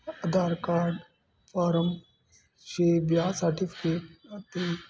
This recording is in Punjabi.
ਅਧਾਰ ਕਾਰਡ ਫਾਰਮ ਛੇ ਵਿਆਹ ਸਕਟੀਫਿਕੇਟ ਅਤੇ